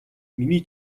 миний